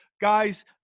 Guys